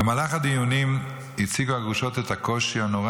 במהלך הדיונים הציגו הגרושות את הקושי הנורא